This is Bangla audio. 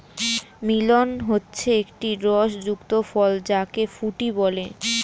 মেলন হচ্ছে একটি রস যুক্ত ফল যাকে ফুটি বলে